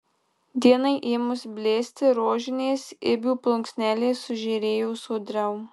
dienai ėmus blėsti rožinės ibių plunksnelės sužėrėjo sodriau